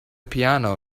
piano